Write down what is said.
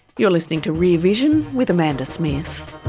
you're listening to rear vision with amanda smith.